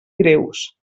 greus